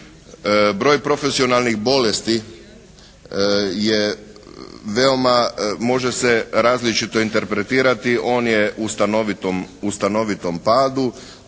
Broj profesionalnih bolesti je veoma, može se različito interpretirati. On je u stanovitom,